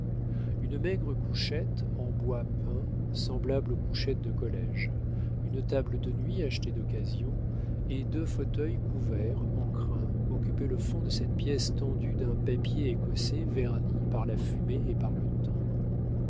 une maigre couchette en bois peint semblable aux couchettes de collége une table de nuit achetée d'occasion et deux fauteuils couverts en crin occupaient le fond de cette pièce tendue d'un papier écossais verni par la fumée et par le temps